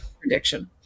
prediction